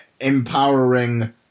empowering